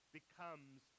becomes